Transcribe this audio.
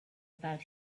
about